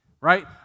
right